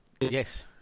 yes